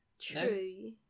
True